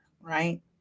Right